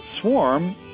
swarm